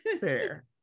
fair